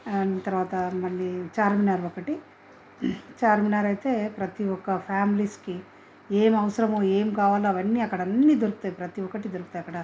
and తర్వాత మళ్ళీ చార్మినార్ ఒకటి చార్మినార్ అయితే ప్రతీ ఒక్క ఫ్యామిలీస్కి ఏం అవసరమో ఏం కావాలో అవన్నీ అక్కడ అన్ని దొరుకుతాయి ప్రతీ ఒకటి దొరుకుతాయి అక్కడ